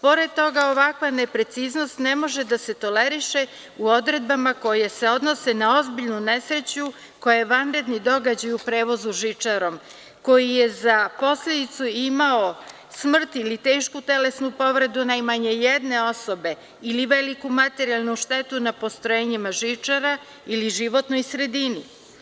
Pored toga ovakva nepreciznost ne može da se toleriše u odredbama koje se odnose na ozbiljnu nesreću koja je vanredni događaj u prevozu žičarom, koji je za posledicu imao smrt ili tešku telesnu povredu najmanje jedne osobe ili veliku materijalnu štetu na postrojenjima žičare ili životnoj sredini.